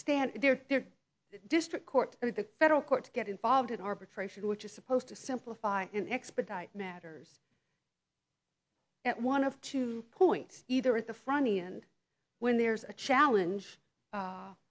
stand there district court or the federal court to get involved in arbitration which is supposed to simplify in expedite matters at one of two points either at the front end when there's a challenge